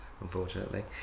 unfortunately